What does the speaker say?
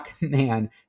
Man